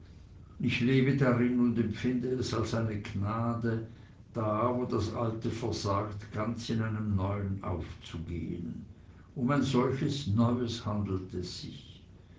ich lebe darin und empfind es als eine gnade da wo das alte versagt ganz in einem neuen aufzugehn um ein solches neues handelt es sich